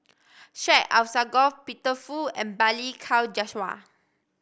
Syed Alsagoff Peter Fu and Balli Kaur Jaswal